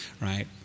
right